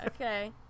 Okay